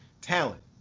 talent